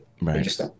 right